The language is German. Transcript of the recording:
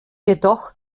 jedoch